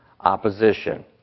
opposition